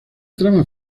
trama